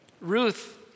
Ruth